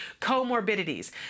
comorbidities